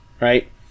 right